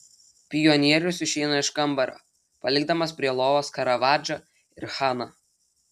pionierius išeina iš kambario palikdamas prie lovos karavadžą ir haną